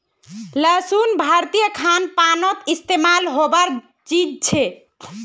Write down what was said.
लहसुन भारतीय खान पानोत इस्तेमाल होबार चीज छे